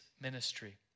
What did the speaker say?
ministry